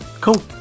Cool